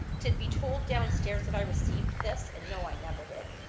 to be told downstairs that i received this, and no i never did.